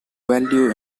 value